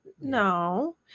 no